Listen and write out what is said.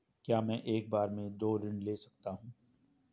क्या मैं एक बार में दो ऋण ले सकता हूँ?